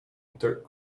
dirt